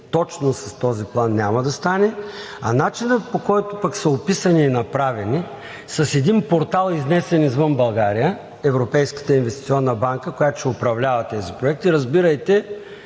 точно с този план няма да стане. А начинът, по който пък са описани и направени, с един портал, изнесен извън България – Европейската инвестиционна банка, която ще управлява тези проекти, разбирайте,